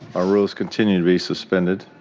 our rules continue to be suspended.